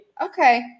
Okay